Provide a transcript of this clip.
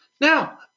Now